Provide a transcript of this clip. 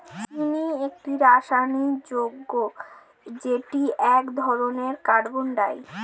চিনি একটি রাসায়নিক যৌগ যেটি এক ধরনের কার্বোহাইড্রেট